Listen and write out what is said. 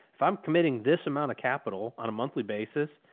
if i'm committing this amount of capital on a monthly basis,